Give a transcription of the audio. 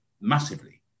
massively